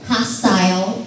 Hostile